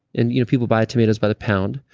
and you know people by tomatoes by the pound,